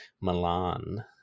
Milan